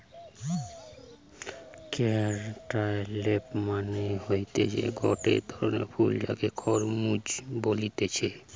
cantaloupe মানে হতিছে গটে ধরণের ফল যাকে খরমুজ বলতিছে